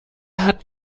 hat